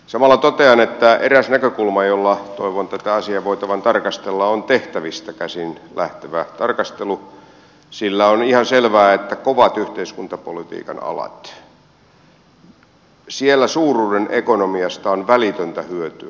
samalla totean että eräs näkökulma josta toivon tätä asiaa voitavan tarkastella on tehtävistä käsin lähtevä tarkastelu sillä on ihan selvää että kovilla yhteiskuntapolitiikan aloilla suuruuden ekonomiasta on välitöntä hyötyä